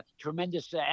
tremendous